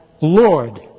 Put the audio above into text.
Lord